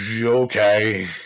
Okay